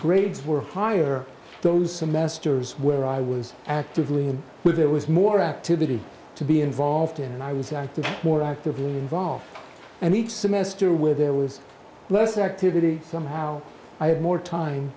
grades were higher those semesters where i was actively with there was more activity to be involved in and i was active more actively involved and each semester where there was less activity somehow i had more time